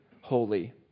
holy